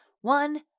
One